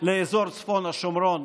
לאזור צפון השומרון.